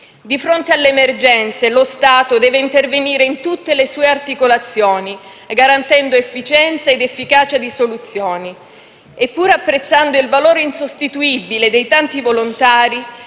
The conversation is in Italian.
Di fronte alle emergenze, lo Stato deve intervenire in tutte le sue articolazioni, garantendo efficienza ed efficacia di soluzioni e pur apprezzando il valore insostituibile dei tanti volontari,